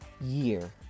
year